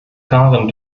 karen